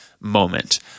moment